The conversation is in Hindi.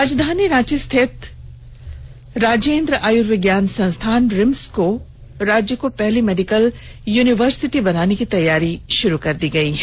राजधानी रांची रिथत राजेंद्र आयुर्विज्ञान संस्थान रिम्स को राज्य को पहली मेडिकल यूनिवर्सिटी बनाने की तैयारी षुरू कर दी गयी है